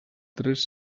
tres